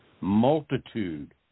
multitude